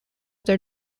their